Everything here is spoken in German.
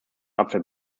apfel